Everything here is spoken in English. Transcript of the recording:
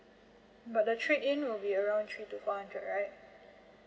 but the trade in will be around three to four hundred right